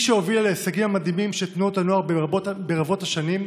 היא שהובילה להישגים המדהימים של תנועות הנוער ברבות השנים,